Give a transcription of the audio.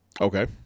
okay